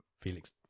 Felix